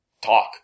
talk